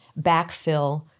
backfill